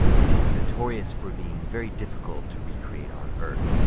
it is notorious for being very difficult to recreate on earth,